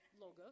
logo